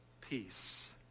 Peace